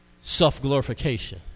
Self-glorification